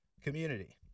community